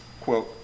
quote